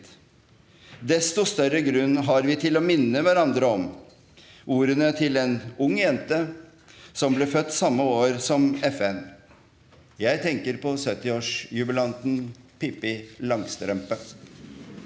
Desto større grunn har vi til å minne hverandre om ordene til en ung jente som ble født samme år som FN. Jeg tenker på 70-årsjubilanten Pippi Langstrømpe.